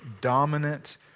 dominant